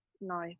No